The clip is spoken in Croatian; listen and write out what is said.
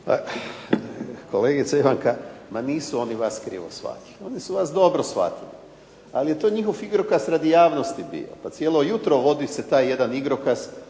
kolegice Ivanka, ma nisu vas oni krivo shvatili, oni su vas dobro shvatili, ali je to njihov igrokaz radi javnosti bio, pa cijelo jutro vodi se taj jedan igrokaz